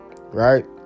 right